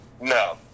No